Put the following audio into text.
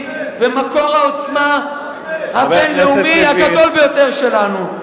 ומקור העוצמה הבין-לאומי הגדול ביותר שלנו.